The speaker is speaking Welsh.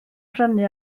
prynu